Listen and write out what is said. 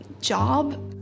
job